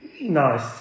Nice